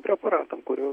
preparatam kurių